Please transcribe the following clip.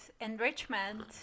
enrichment